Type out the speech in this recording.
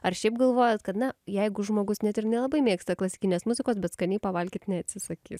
ar šiaip galvojat kad na jeigu žmogus net ir nelabai mėgsta klasikinės muzikos bet skaniai pavalgyt neatsisakys